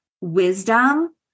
wisdom